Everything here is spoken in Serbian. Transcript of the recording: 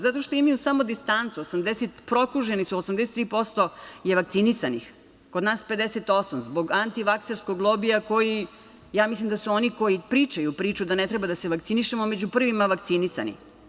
Zato što imaju samo distancu, prokuženi su, 83% je vakcinisanih, kod nas 58% zbog antivakserskog lobija koji, ja mislim da su oni koji pričaju priču da ne treba da se vakcinišemo, među prvima vakcinisani.